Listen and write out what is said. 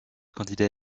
candidat